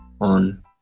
on